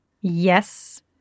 Yes